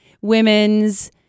women's